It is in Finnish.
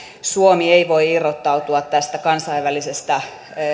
suomi ei voi irrottautua kansainvälisestä